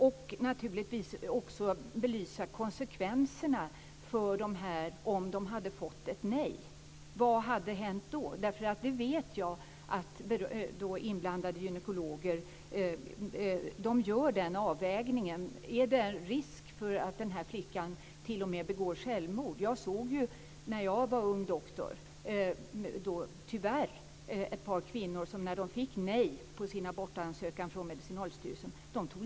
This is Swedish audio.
Man kunde naturligtvis också belysa konsekvenserna om de hade fått ett nej. Vad hade hänt då? Jag vet att inblandade gynekologer gör en avvägning om det är risk för att flickan i fråga t.o.m. begår självmord. Jag såg när jag var ung doktor tyvärr ett par fall där kvinnor tog livet av sig när de fick nej på sin abortansökan från Medicinalstyrelsen.